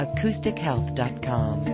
AcousticHealth.com